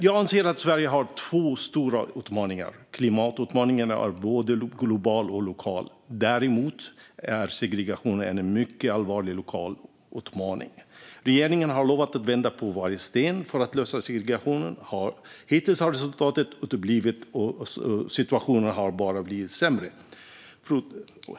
Jag anser att Sverige har två stora utmaningar. Klimatutmaningen är både global och lokal. Segregationen däremot är en mycket lokal utmaning. Regeringen har lovat att vända på varje sten för att lösa segregationen. Hittills har resultatet uteblivit, och situationen har bara blivit sämre.